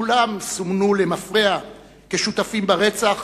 כולם סומנו למפרע כשותפים ברצח,